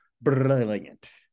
Brilliant